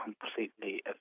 completely